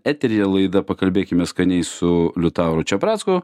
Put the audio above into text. eteryje laida pakalbėkime skaniai su liutauru čepracku